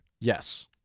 Yes